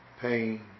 pain